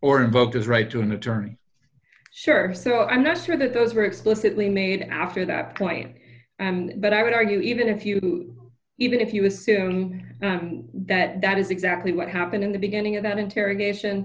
invoke his right to an attorney sure so i'm not sure that those were explicitly made after that point and but i would argue even if you do even if you assume that that is exactly what happened in the beginning of that interrogation